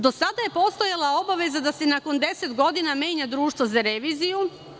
Do sada je postojala obaveza da se nakon deset godina menja društvo za reviziju.